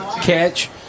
catch